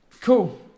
cool